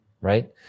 right